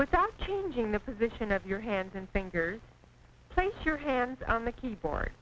with that changing the position of your hands and fingers thanks your hands on the keyboard